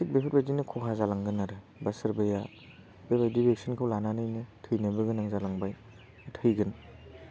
थिक बेफोरबायदिनो खहा जालांगोन आरो बा सोरबाया बेबायदि भेक्सिनखौ लानानैनो थैनोबो गोनां जालांबाय थैगोन